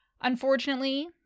Unfortunately